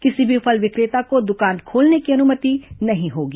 किसी भी फल विक्रेता को दुकान खोलने की अनुमति नहीं होगी